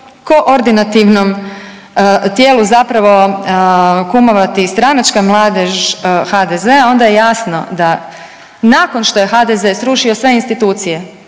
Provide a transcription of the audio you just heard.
koordinativnom tijelu zapravo kumovati i stranačka mladež HDZ-a, onda je jasno da nakon što je HDZ srušio sve institucije,